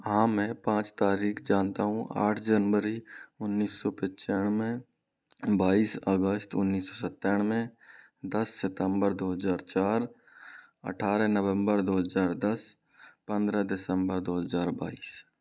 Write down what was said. हाँ मैं पाँच तारीख़ें जानता हूँ आठ जनवरी उन्नीस सौ पचानवे बाईस अगस्त उन्नीस सौ सत्तानवे दस सितम्बर दो हज़ार चार अट्ठारह नवम्बर दो हज़ार दस पंद्रह दिसम्बर दो हज़ार बाईस